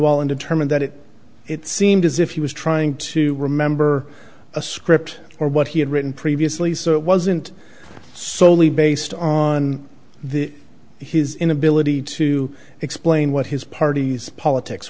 observed and determined that it it seemed as if he was trying to remember a script or what he had written previously so it wasn't solely based on the his inability to explain what his party's politics